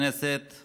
שתדע שאתה בובה.